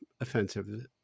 offensive